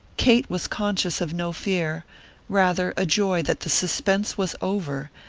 kate was conscious of no fear rather a joy that the suspense was over,